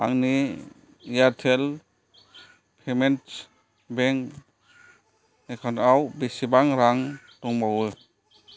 आंनि Airtel payments bank एकाउन्टाव बेसेबां रां दंबावो